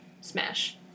Smash